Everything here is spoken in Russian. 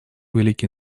великий